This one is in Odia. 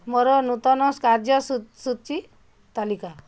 ମୋର ନୂତନ କାର୍ଯ୍ୟ ସୂଚୀ ତାଲିକା